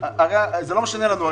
זה לא משנה לנו.